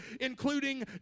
including